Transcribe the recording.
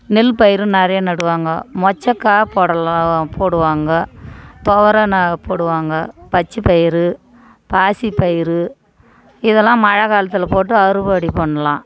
நெல் பயிரும் நிறைய நடுவாங்க மொச்சைக்கா போடலாம் போடுவாங்க துவர போடுவாங்க பச்சை பயிறு பாசி பயிறு இதல்லாம் மழை காலத்தில் போட்டு அறுவடை பண்ணலாம்